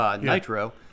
Nitro